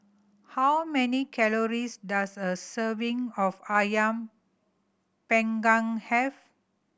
how many calories does a serving of Ayam Panggang have